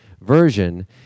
version